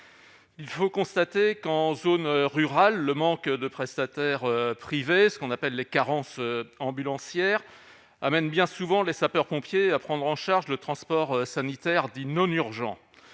il faut constater qu'en zone rurale, le manque de prestataires privés, ce qu'on appelle les carences ambulancière amène bien souvent les sapeurs-pompiers à prendre en charge le transport sanitaire dit non urgents